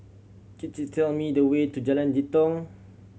could you tell me the way to Jalan Jitong